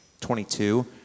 22